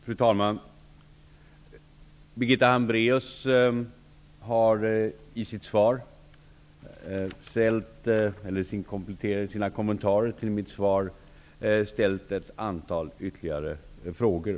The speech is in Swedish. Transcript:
Fru talman! Birgitta Hambraeus har i samband med sina kommentarer till mitt svar ställt ett antal ytterligare frågor.